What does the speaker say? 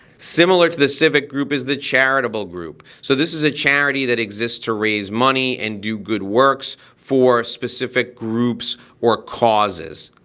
similar to the civic group is the charitable group. so this is a charity that exists to raise money and do good works for specific groups or causes.